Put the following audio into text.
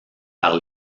par